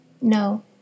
No